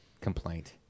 complaint